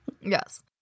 Yes